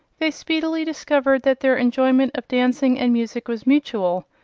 they speedily discovered that their enjoyment of dancing and music was mutual,